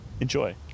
enjoy